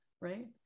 right